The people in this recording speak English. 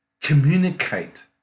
communicate